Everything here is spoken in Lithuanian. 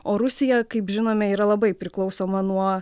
o rusija kaip žinome yra labai priklausoma nuo